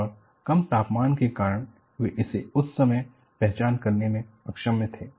और कम तापमान के कारण वे उसे उस समय पहचान करने में सक्षम थे